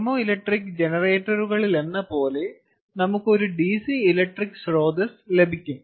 thermoelectric ജനറേറ്ററുകളിലെന്നപോലെ നമുക്ക് ഒരു ഡിസി ഇലക്ട്രിക് സ്രോതസ്സ് ലഭിക്കും